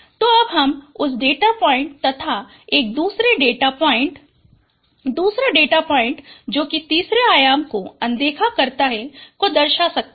तो अब हम उसे एक डेटा पॉइंट तथा एक दुसरे डेटा पॉइंट दूसरा डेटा पॉइंट जो कि तीसरे आयाम को अनदेखा करता है को दर्शा सकता है